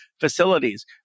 facilities